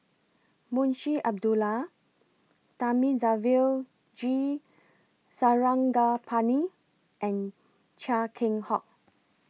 Munshi Abdullah Thamizhavel G Sarangapani and Chia Keng Hock